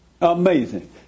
Amazing